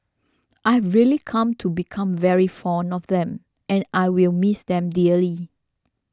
I've really come to become very fond of them and I will miss them dearly